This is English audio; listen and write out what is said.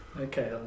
Okay